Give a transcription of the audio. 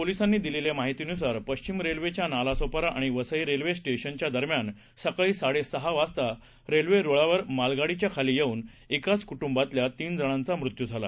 पोलिसांनी दिलेल्या माहितीनुसार पश्चिम रेल्वेच्या नालासोपारा आणि वसई रेल्वे स्टेशनच्या दरम्यान सकाळी साडे सहा वाजता रेल्वे रुळावर मालगाडीच्या खाली येऊन एकाच कुंटुंबांतल्या तीन जणांचा मृत्यू झाला